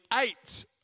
eight